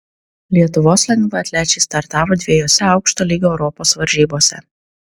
lietuvos lengvaatlečiai startavo dviejose aukšto lygio europos varžybose